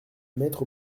mettre